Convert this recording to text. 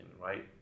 right